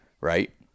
right